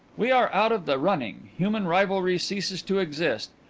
we are out of the running human rivalry ceases to exist.